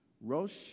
Rosh